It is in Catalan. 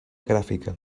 gràfica